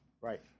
Right